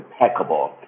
impeccable